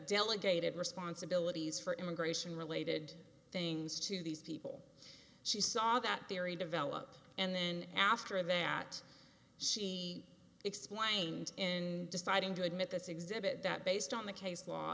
delegated responsibilities for immigration related things to these people she saw that very develop and then after that she explained in deciding to admit this exhibit that based on the case law